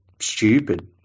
stupid